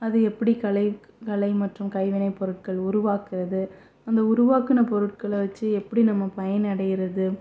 அது எப்படி கலை கலை மற்றும் கைவினைப் பொருட்கள் உருவாக்கிறது அந்த உருவாக்கின பொருட்களை வச்சு எப்படி நம்ம பயன் அடைகிறது